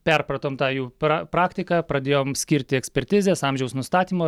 perpratom tą jų pra praktiką pradėjom skirti ekspertizes amžiaus nustatymo